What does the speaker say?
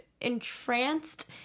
entranced